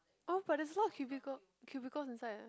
oh but there's a lot cubicle cubicles inside eh